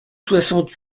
soixante